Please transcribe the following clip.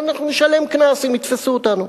אנחנו נשלם קנס אם יתפסו אותנו.